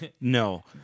No